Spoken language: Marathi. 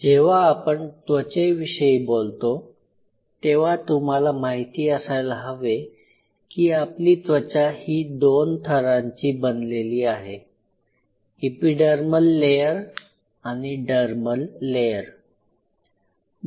जेव्हा आपण त्वचेविषयी बोलतो तेव्हा तुम्हाला माहिती असायला हवे की आपली त्वचा ही दोन थरांची बनलेली आहे इपीडर्मल लेयर आणि डर्मल लेयर